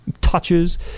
touches